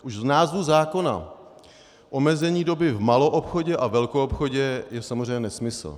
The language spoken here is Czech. Už název zákona omezení doby v maloobchodě a velkoobchodě je samozřejmě nesmysl.